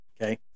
Okay